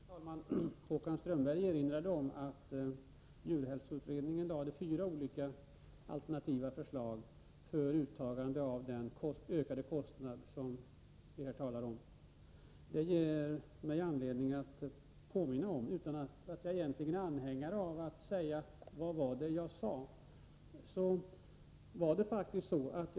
Herr talman! Håkan Strömberg erinrade om att djurhälsoutredningen lade fram fyra olika alternativa förslag för uttagande av den ökade kostnad som vi här talade om. Det ger mig anledning — utan att jag egentligen är anhängare av de förslagen — att påpeka: Vad var det jag sade?